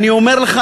אני אומר לך,